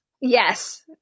Yes